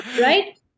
right